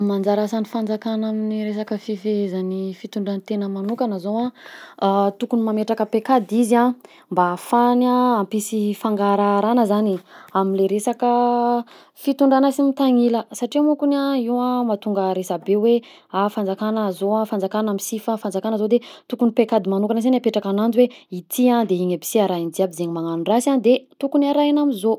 Anjara azan'ny fanjakana amin'ny resaka fifehezany fitondran-tena magnokany zao a, tokony mametraka paikady izy a mba ahafahany hampisy fangaraharana zany amin'le resaka fitondrana sy mitanila satria mankony a io mahatonga resabe hoe ah fanjakana zao, fanjakana am si fa, fanjakana zao de tokony paikady magnokana si zany apetraka ananjy hoe ity a de igny aby si arahan'olo jiaby de ze magnagno rasy de arahina amzao.